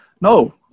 no